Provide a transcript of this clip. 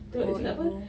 oh ibu